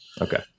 Okay